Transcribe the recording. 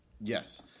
Yes